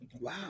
Wow